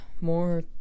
more